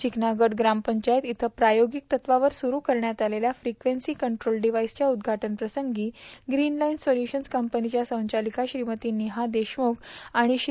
चिकना गट ग्रामपंचायत इयं प्रायोगिक तत्वावर सुरु करण्यात आलेल्या फ्रिक्वेन्सी कंट्रोल डिव्हाइसच्या उद्दघाटनप्रसंगी प्रीन लाईन सोल्युशन्स कंपनीच्या संचालिका श्रीमती नेहा देशमुखे आणि श्री